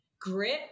grit